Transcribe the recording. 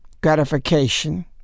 gratification